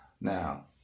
Now